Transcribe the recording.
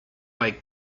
bei